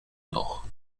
nord